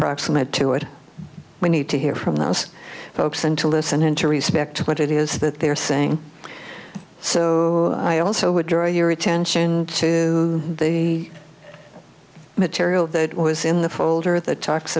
proximate to it we need to hear from those folks and to listen and to respect what it is that they are saying so i also would draw your attention to the material that was in the folder that talks